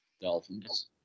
Dolphins